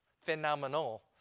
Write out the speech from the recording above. phenomenal